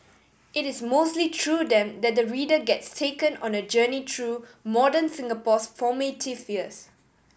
it is mostly through them that the reader gets taken on a journey through modern Singapore's formative years